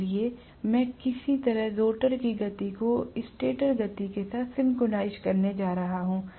इसलिए मैं किसी तरह रोटर की गति को स्टेटर गति के साथ सिंक्रनाइज़ करने जा रहा हूं